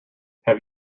have